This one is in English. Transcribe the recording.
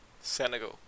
Senegal